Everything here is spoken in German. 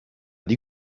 die